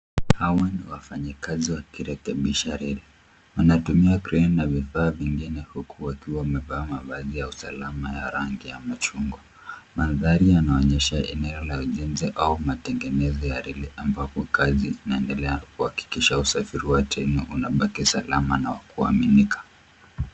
Hawa ni wafanyikazi wakirekebisha reli. Wana tumia crane na vifaa vingine huku wakiwa wamevaa mavazi ya usalama ya rangi ya machungwa. Mandhari yanaonyesha eneo la ujenzi au matengenezo ya reli ambapo kazi inaendelea kuhakikisha usafiri wa treni unabaki salama na wa kuaminika.